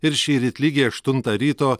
ir šįryt lygiai aštuntą ryto